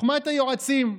חוכמת היועצים.